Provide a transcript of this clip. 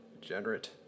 Generate